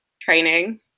training